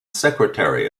secretary